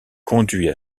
conduit